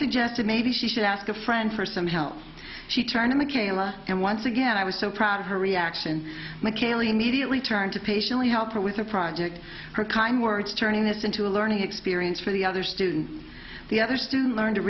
suggested maybe she should ask a friend for some help she turned into kayla and once again i was so proud of her reaction mckayla immediately turned to patiently help her with her project her kind words turning this into a learning experience for the other students the other student learn to